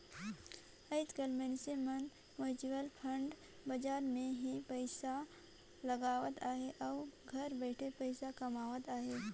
आएज काएल मइनसे मन म्युचुअल फंड बजार मन में ही पइसा लगावत अहें अउ घर बइठे पइसा कमावत अहें